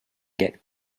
get